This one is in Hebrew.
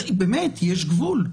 באמת, יש גבול,